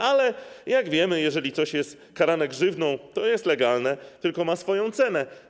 Ale jak wiemy, jeżeli coś jest karane grzywną, to jest legalne, tylko ma swoją cenę.